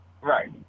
right